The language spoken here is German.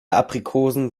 aprikosen